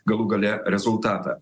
galų gale rezultatą